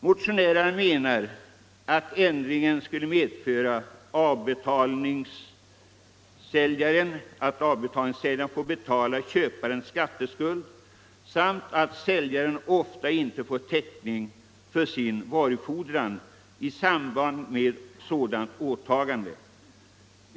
Motionärerna hävdar att ändringen skulle medföra att avbetalningssäljaren får betala köparens skatteskuld samt att säljaren ofta inte ens får täckning för sin varufordran i samband med sådant återtagande.